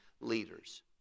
leaders